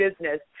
business